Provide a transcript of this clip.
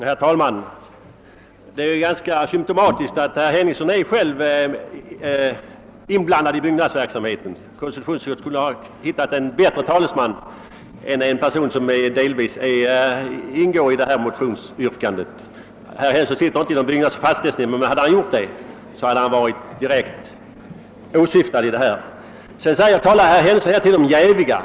Herr talman! Det är ganska symptomatiskt att herr Henningsson själv har intressen i byggnadsverksamheten. Konstitutionsutskottet kunde ha funnit en bättre talesman än en person som delvis berörs av förevarande motionsyrkande. Herr Henningsson sitter visserligen inte i någon fastighetsnämnd, men om han gjort det hade han varit direkt berörd. Herr Henningsson talade vidare om att vissa mäninskor skulle vara jäviga i detta sammanhang.